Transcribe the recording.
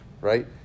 Right